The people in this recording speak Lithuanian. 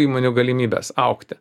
įmonių galimybes augti